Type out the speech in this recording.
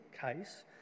case